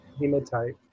Hematite